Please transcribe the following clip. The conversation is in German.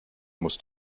musst